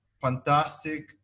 fantastic